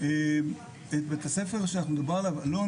את בית הספר שמדובר עליו-אלון,